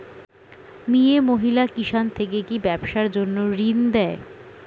মিয়ে মহিলা কিষান থেকে কি ব্যবসার জন্য ঋন দেয়?